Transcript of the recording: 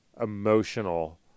emotional